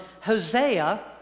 Hosea